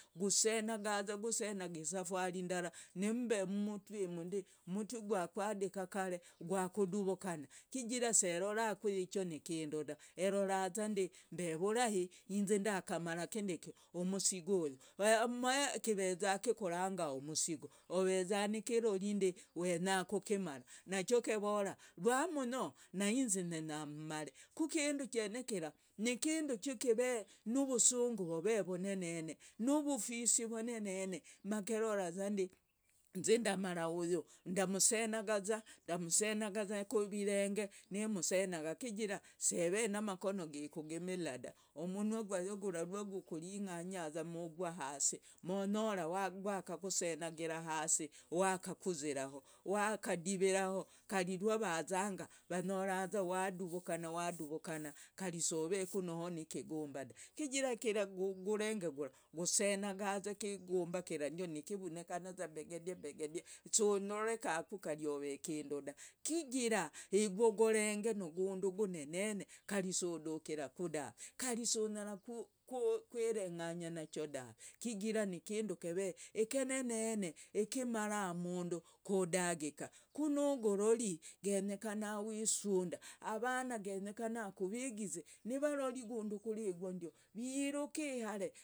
Gosenaga gosenaga isafari ndara nimmbe mmutwimundi, mtwi gwakadika kare, gwakuduvukana kijira seroraku yicho nikindu da, erorazandi mb vurahi nnzii ndakamara kindikii umsigu uyu, umanye keveza kikuranga umsigu oveza nekekorindi wenya kukimara, nacho kevorandi rwamnyo nainzi nyenya mmare kukindu chene kira nikindi chekev nuvusungu vove vonene nuvufisi vonene, makekorazandi nnzii ndamara uyu, ndamsenagaza kuvirenge nimsenaga kijira syeve namakono gikugumila dah, umunwa gyayo gura rwagukuring'anyaza nugwa hasi monyora gwakakosenagira hasi wakakuziraho wakadiviraho kari rwavazanga vanyoraza waduvukana waduvukana soveku noho nikigumba dah, kijira kira ogorenge gura gosenagaza kigumba kira ndio nikivunikanaza begede begede, sonyorekaku kari ove ikindu da, kijira yigwo ogorenge nugundu gonene kari sudukiraku daave kari sunyaraku kwereng'anya nacho daave chigira nikindu kev ekenene ikimara umundu kudagika. Ku nogorori genyekana wisunda, avana genyekana kuvigizi nivarori gundu kuri yigwondio viruki ihare.